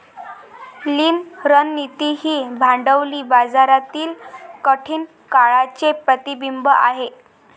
लीन रणनीती ही भांडवली बाजारातील कठीण काळाचे प्रतिबिंब आहे